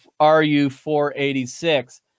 RU486